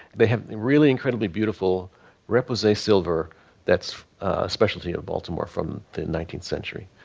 they haven't really incredibly beautiful represent silver that's a specialty of baltimore from the nineteenth century.